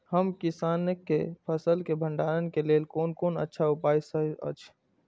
हम किसानके फसल के भंडारण के लेल कोन कोन अच्छा उपाय सहि अछि?